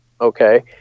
Okay